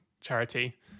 charity